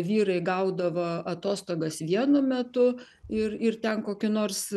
vyrai gaudavo atostogas vienu metu ir ir ten kokį nors